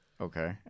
Okay